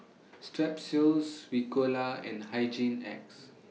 Strepsils Ricola and Hygin X